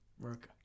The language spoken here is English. America